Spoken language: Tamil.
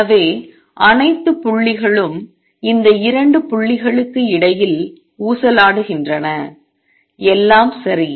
எனவே அனைத்து புள்ளிகளும் இந்த 2 புள்ளிகளுக்கு இடையில் ஊசலாடுகின்றன எல்லாம் சரி